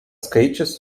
skaičius